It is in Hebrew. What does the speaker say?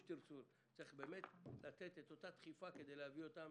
צריך לתת אותה דחיפה כדי להביא אותם